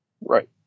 Right